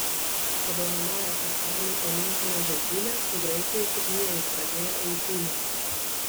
padovanoję pasauliui olimpines žaidynes graikai pirmieji pradėjo eitynes